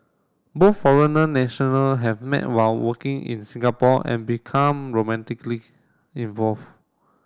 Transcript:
both foreigner nationals had met while working in Singapore and become romantically involved